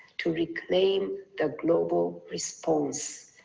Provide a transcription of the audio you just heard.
to reclaim the global response.